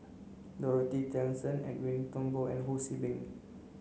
Dorothy Tessensohn Edwin Thumboo and Ho See Beng